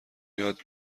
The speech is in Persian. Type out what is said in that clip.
یاد